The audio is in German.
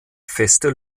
feste